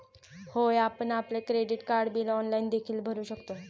होय, आपण आपले क्रेडिट कार्ड बिल ऑनलाइन देखील भरू शकता